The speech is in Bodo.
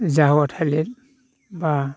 जाग्रा थालिर एबा